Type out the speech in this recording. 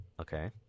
okay